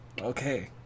okay